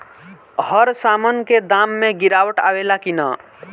हर सामन के दाम मे गीरावट आवेला कि न?